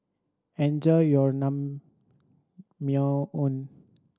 enjoy your Naengmyeon